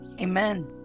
Amen